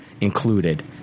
included